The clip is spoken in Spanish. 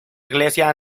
iglesia